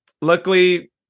luckily